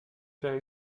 faire